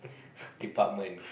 department